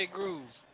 Groove